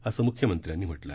असं मुख्यमंत्र्यांनी म्हटलं आहे